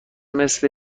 مثل